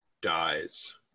dies